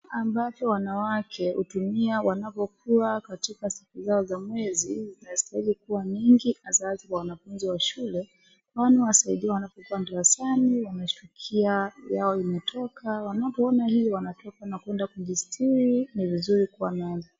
Ambacho wanawake hutumia wanapokuwa katika siku zao za mwezi, inastahili kuwa mingi hasaa kwa wanafunzi wa shule, kwani huwasaidia wanapokuwa darasani wanashtukia yao imetoka, wanapoona hiyo wanatoka na kwenda kujisitiri ni vizuri kuwa nazo.